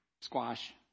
Squash